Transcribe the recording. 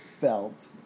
felt